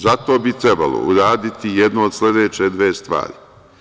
Zato bi trebalo uraditi jednu od sledeće dve stvari.